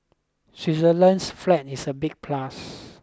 Switzerland's flag is a big plus